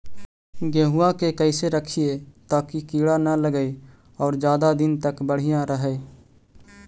गेहुआ के कैसे रखिये ताकी कीड़ा न लगै और ज्यादा दिन तक बढ़िया रहै?